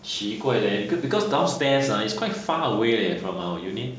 奇怪 leh because because downstairs ah is quite far away leh from our unit